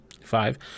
Five